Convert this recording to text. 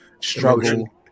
struggle